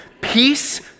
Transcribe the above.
peace